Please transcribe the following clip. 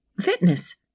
Fitness